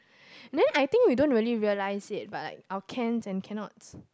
then I think we don't really realize it but I our can and cannot